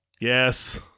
Yes